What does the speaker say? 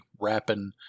wrapping